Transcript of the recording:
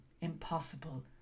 impossible